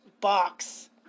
box